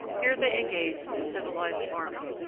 here they engaged in civilized farming.